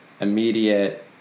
immediate